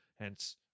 hence